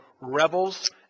rebels